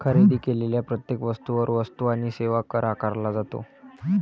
खरेदी केलेल्या प्रत्येक वस्तूवर वस्तू आणि सेवा कर आकारला जातो